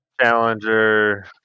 challenger